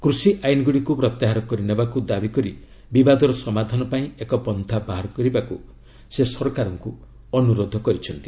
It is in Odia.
କୃଷି ଆଇନ୍ଗୁଡ଼ିକୁ ପ୍ରତ୍ୟାହାର କରିନେବାକୁ ଦାବି କରି ବିବାଦର ସମାଧାନ ପାଇଁ ଏକ ପନ୍ନା ବାହାର କରିବାକୁ ସେ ସରକାରଙ୍କୁ ଅନୁରୋଧ କରିଛନ୍ତି